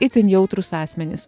itin jautrūs asmenys